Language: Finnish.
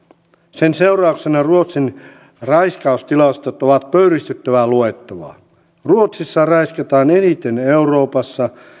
sen seurauksena ruotsin raiskaustilastot ovat pöyristyttävää luettavaa ruotsissa raiskataan eniten euroopassa